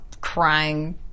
crying